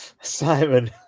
Simon